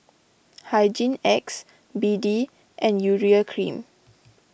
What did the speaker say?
Hygin X B D and Urea Cream